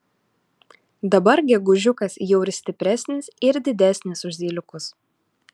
dabar gegužiukas jau ir stipresnis ir didesnis už zyliukus